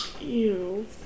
Ew